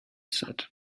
said